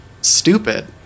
stupid